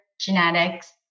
genetics